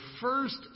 first